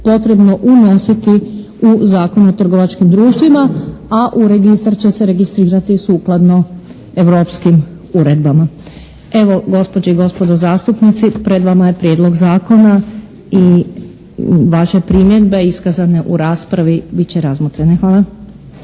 potrebno unositi u Zakon o trgovačkim društvima, a u registar će se registrirati sukladno europskim uredbama. Evo, gospođe i gospodo zastupnici pred vama je prijedlog zakona i vaše primjedbe iskazane u raspravi bit će razmotrene.